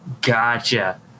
gotcha